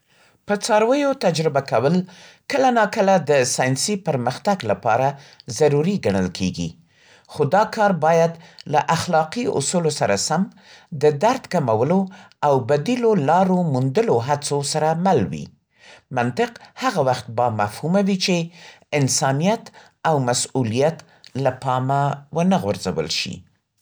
په څارویو تجربه کول کله ناکله د ساینسي پرمختګ لپاره ضروري ګڼل کېږي. خو دا کار باید له اخلاقي اصولو سره سم، د درد کمولو او بدیلو لارو موندلو هڅو سره مل وي. منطق هغه وخت بامفهومه وي چې انسانیت او مسؤلیت له پامه ونه غورځول شي.